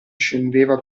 scendeva